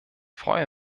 freue